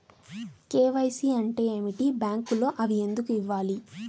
KYC అంటే ఏమిటి? బ్యాంకులో అవి ఎందుకు ఇవ్వాలి?